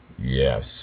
Yes